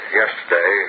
yesterday